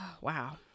wow